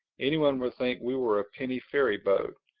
anyone would think we were a penny ferry-boat.